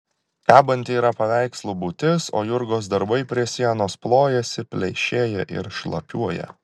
kabanti yra paveikslų būtis o jurgos darbai prie sienos plojasi pleišėja ir šlapiuoja